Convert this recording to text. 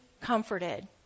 comforted